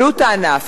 עלות הענף,